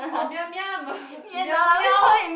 oh Yum Yum meow meow